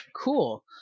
cool